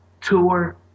tour